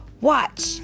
Watch